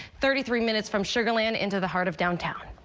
thirty three minutes from sugar land into the heart of downtown.